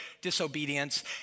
disobedience